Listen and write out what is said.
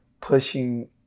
pushing